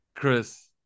Chris